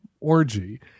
orgy